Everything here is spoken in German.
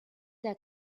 der